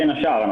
בין השאר,